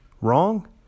wrong